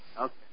Okay